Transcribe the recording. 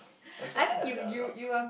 i was also kinda under a rock